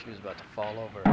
she was about to fall over